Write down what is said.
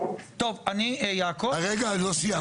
טוב, יעקב --- רגע, אני לא סיימתי.